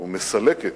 או מסלקת,